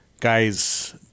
guys